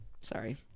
Sorry